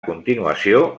continuació